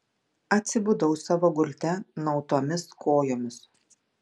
atsibudau savo gulte nuautomis kojomis